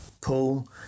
pull